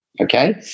okay